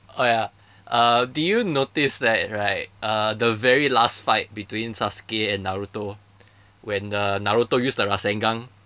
oh ya uh did you notice that right uh the very last fight between sasuke and naruto when uh naruto use the rasengan